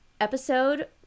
episode